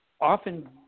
often